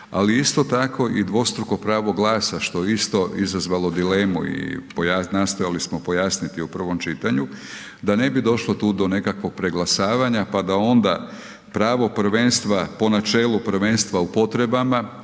ali isto tako i dvostruko pravo glasa što je isto izazvalo dilemu i nastojali smo pojasniti u prvom čitanju, da ne bi došlo tu do nekakvog preglasavanja, pa da onda pravo prvenstva po načelu prvenstva u potrebama